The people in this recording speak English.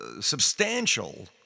substantial